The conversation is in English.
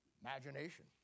Imagination